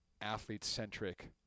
athlete-centric